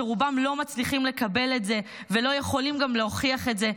ורובם לא מצליחים לקבל את זה וגם לא יכולים להוכיח את זה.